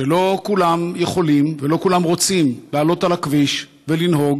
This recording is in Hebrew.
שלא כולם יכולים ולא כולם רוצים לעלות על הכביש ולנהוג,